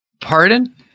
Pardon